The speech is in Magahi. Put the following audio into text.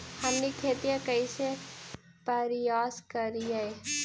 हमनी खेतीया कइसे परियास करियय?